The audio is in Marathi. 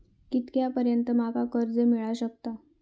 कितक्या पर्यंत माका कर्ज मिला शकता?